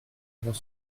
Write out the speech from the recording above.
avant